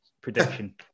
prediction